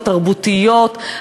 התרבותיות,